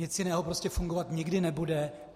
Nic jiného prostě fungovat nikdy nebude.